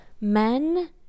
Men